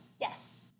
Yes